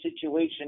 situation